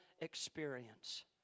experience